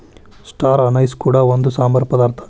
star anise ಕೂಡ ಒಂದು ಸಾಂಬಾರ ಪದಾರ್ಥ